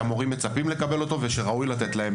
שהמורים מצפים לקבלו ושראוי לתת להם.